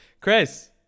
Chris